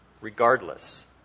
regardless